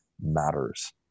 matters